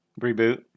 reboot